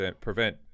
prevent